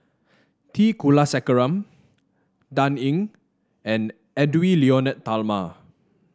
T Kulasekaram Dan Ying and Edwy Lyonet Talma